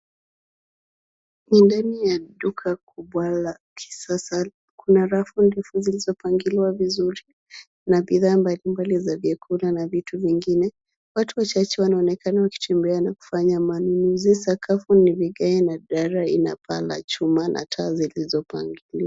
Ni ndani ya duka kubwa la kisasa. Kuna rafu ndefu zilizopangiliwa vizuri na bidhaa mbalimbali za vyakula na vitu vingine. Watu wachache wanaonekana wakichambua na kufanya manunuzi. Sakafu ni vigae na dari ina paa la chuma na taa zilizopangiliwa.